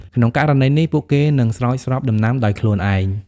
ក្នុងករណីនេះ ពួកគេនឹងស្រោចស្រពដំណាំដោយខ្លួនឯង។